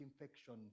infection